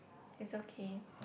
is okay